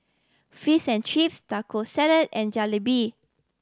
Fish and Chips Taco Salad and Jalebi